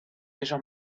déjà